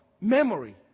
memory